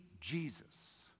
Jesus